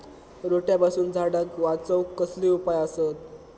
रोट्यापासून झाडाक वाचौक कसले उपाय आसत?